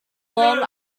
long